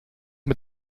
mit